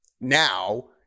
now